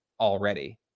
already